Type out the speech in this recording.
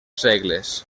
segles